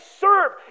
serve